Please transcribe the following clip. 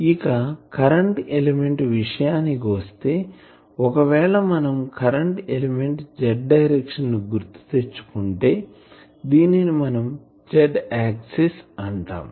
ఇక current element విషయానికి వస్తే ఒకవేళ మనం కరెంటు ఎలిమెంట్ Z డైరెక్షన్ ని గుర్తు తెచ్చుకుంటే దీనిని మనంZఆక్సిస్ అంటాం